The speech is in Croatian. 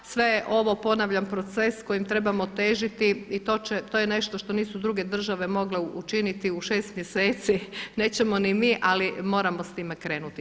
Sve je ovo ponavljam proces kojim trebamo težiti i to je nešto što nisu druge države mogle učiniti u šest mjeseci, nećemo ni mi ali moramo s time krenuti.